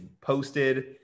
posted